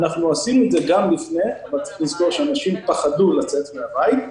עשינו את זה גם לפני אבל צריך לזכור שאנשים פחדו לצאת מן הבית.